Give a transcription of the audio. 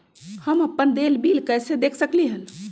हम अपन देल बिल कैसे देख सकली ह?